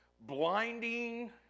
blinding